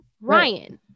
Ryan